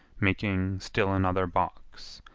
making still another box,